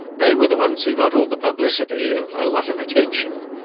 they were the ones who got all the publicity and a lot of attention,